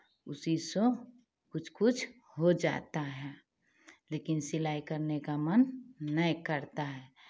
उसी सो कुछ कुछ हो जाता है लेकिन सिलाई करने का मन नहीं करता है